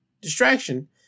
distraction